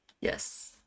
yes